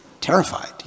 terrified